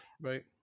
right